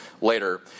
later